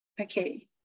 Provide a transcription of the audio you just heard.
Okay